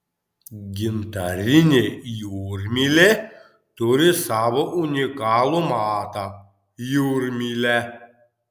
gintarinė jūrmylė turi savo unikalų matą jūrmylę